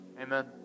Amen